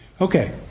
Okay